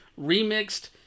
remixed